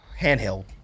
Handheld